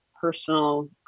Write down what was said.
personal